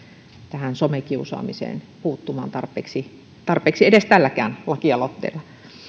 tähän somekiusaamiseen puuttumaan tarpeeksi tarpeeksi tälläkään lakialoitteella